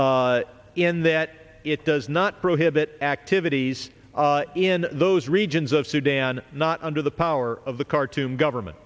exam in that it does not prohibit activities in those regions of sudan not under the power of the khartoum government